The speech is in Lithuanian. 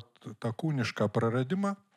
tą kūnišką praradimą